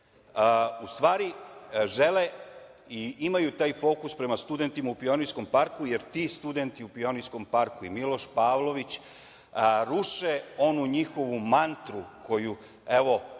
u stvari žele i imaju taj fokus prema studentima u Pionirskom parku, jer ti studenti u Pionirskom parku i Miloš Pavlović ruše onu njihovu mantru koju evo